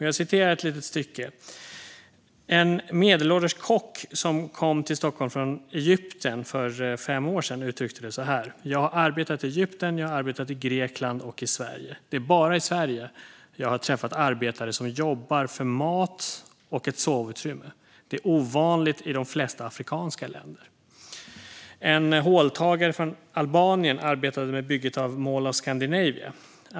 Jag citerar ett litet stycke: "En medelålders kock som kom till Stockholm från Egypten för fem år sedan uttryckte det så här: 'Jag har arbetat i Egypten, jag har arbetat i Grekland och i Sverige. Det är bara i Sverige jag har träffat arbetare som jobbar för mat och ett sovutrymme. Det är ovanligt i de flesta afrikanska länder.' En håltagare från Albanien arbetade med bygget av Mall of Scandinavia.